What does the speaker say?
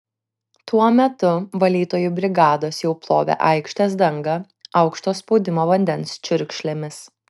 tuo metu valytojų brigados jau plovė aikštės dangą aukšto spaudimo vandens čiurkšlėmis